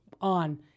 on